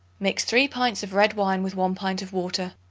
mix three pints of red wine with one pint of water.